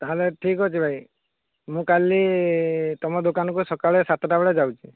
ତାହେଲେ ଠିକ୍ଅଛି ଭାଇ ମୁଁ କାଲି ତମ ଦୋକାନକୁ ସକାଳେ ସାତଟା ବେଳେ ଯାଉଛି